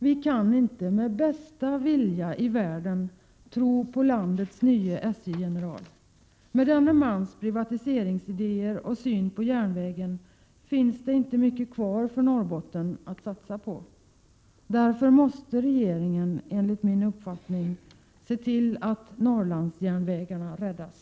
Vi kan inte med bästa vilja i världen tro på landets nye SJ-general. Med denne mans privatiseringsidéer och syn på järnvägen finns det inte mycket kvar för Norrbotten att satsa på. Därför måste riksdagen enligt min uppfattning se till att Norrlandsjärnvägarna räddas.